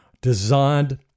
designed